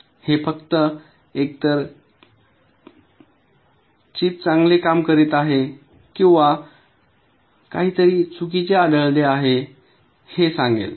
हे फक्त एकतर चिप चांगले काम करीत आहे किंवा काहीतरी चुकीचे आढळले आहे हे सांगेल